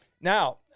Now